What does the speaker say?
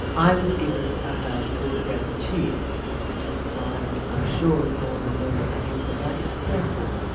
i was given a herb called bread and cheese and i'm sure no one will know what that means but that is hawthorn,